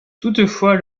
toutefois